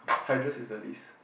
hydra is the least